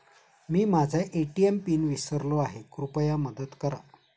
मी माझा ATM PIN विसरलो आहे, कृपया मदत करा